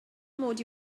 mod